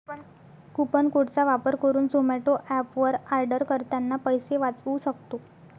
coupon code चा वापर करुन झोमाटो एप वर आर्डर करतांना पैसे वाचउ सक्तो